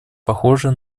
похожее